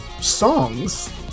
songs